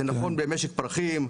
זה נכון במשק פרחים,